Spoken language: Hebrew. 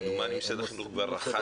כמדומני, משרד החינוך כבר רכש.